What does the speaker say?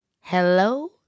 Hello